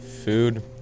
food